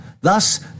Thus